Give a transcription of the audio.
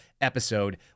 episode